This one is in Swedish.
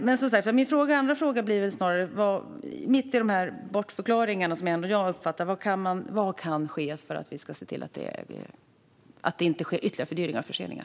Mitt i alla dessa, som jag uppfattar, bortförklaringar undrar jag vad som kan ske för att det inte ska bli ytterligare fördyringar och förseningar.